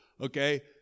okay